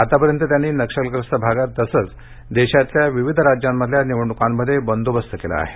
आतापर्यंत त्यांनी नक्षलग्रस्त भागात तसंच देशातल्या विविध राज्यांमधल्या निवडण्कांमध्ये बंदोबस्त केला आहे